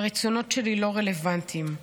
"הרצונות שלי לא רלוונטיים.